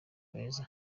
beza